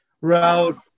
route